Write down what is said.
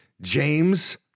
James